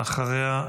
ואחריה,